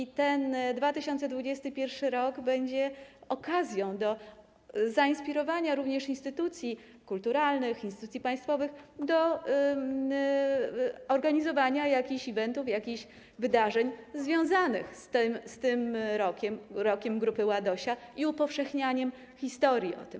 I ten 2021 r. będzie okazją do zainspirowania również instytucji kulturalnych, instytucji państwowych do organizowania jakichś eventów, jakichś wydarzeń związanych z tym rokiem, Rokiem Grupy Ładosia, i upowszechniania historii o tym.